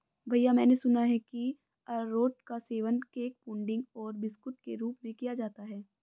भैया मैंने सुना है कि अरारोट का सेवन केक पुडिंग और बिस्कुट के रूप में किया जाता है